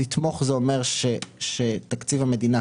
לתמוך זה אומר שתקציב המדינה,